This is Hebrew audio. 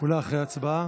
אולי אחרי ההצבעה.